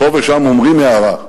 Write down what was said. פה ושם אומרים הערה.